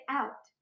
out